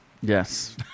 Yes